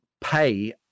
pay